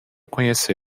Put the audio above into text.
conhecê